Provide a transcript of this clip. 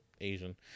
Asian